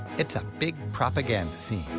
it's a big propaganda scene,